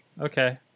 Okay